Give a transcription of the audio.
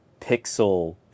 pixel